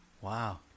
Wow